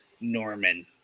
Norman